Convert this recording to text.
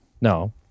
No